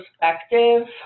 perspective